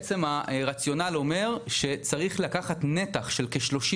הרציונל אומר שצריך לקחת נתח של כ-30